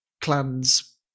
clans